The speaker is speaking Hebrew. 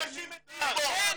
אנשים מתים פה!